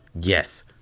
Yes